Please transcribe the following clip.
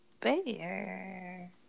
bear